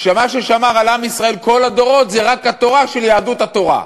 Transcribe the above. שמה ששמר על עם ישראל כל הדורות זה רק התורה של יהדות התורה,